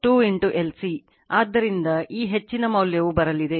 ಆದ್ದರಿಂದ ಈ ಹೆಚ್ಚಿನ ಮೌಲ್ಯವು ಬರಲಿದೆ